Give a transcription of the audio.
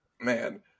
Man